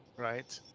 right